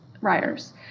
writers